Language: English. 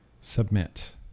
Submit